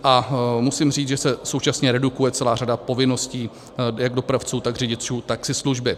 A musím říct, že se současně redukuje celá řada povinností jak dopravců, tak řidičů taxislužby.